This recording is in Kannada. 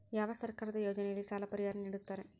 ಯಾವ ಸರ್ಕಾರದ ಯೋಜನೆಯಲ್ಲಿ ಸಾಲ ಪರಿಹಾರ ನೇಡುತ್ತಾರೆ?